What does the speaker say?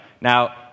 Now